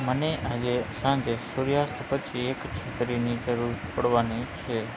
મને આજે સાંજે સૂર્યાસ્ત પછી એક છત્રીની જરૂર પડવાની છે